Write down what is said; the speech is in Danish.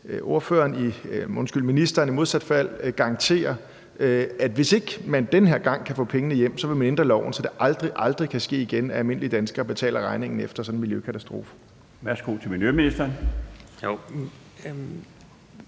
Og kan ministeren i modsat fald garantere, at hvis man ikke den her gang kan få pengene hjem, så vil man ændre loven, så det aldrig, aldrig kan ske igen, at almindelige danskere betaler regningen efter sådan en miljøkatastrofe?